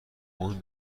اون